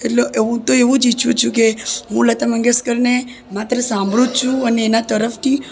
એટલે હું તો એવું જ ઈચ્છું છું કે હું લતા મંગેશકરને માત્ર સાંભળું જ છું અને એના તરફથી